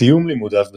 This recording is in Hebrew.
בסיום לימודיו בתיכון,